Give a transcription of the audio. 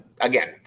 Again